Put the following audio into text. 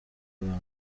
banga